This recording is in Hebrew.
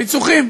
פיצוחים.